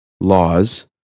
laws